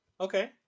Okay